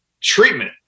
treatment